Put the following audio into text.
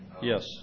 Yes